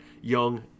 Young